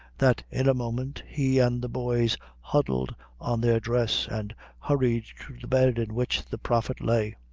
that in a moment he and the boys huddled on their dress, and hurried to the bed in which the prophet lay.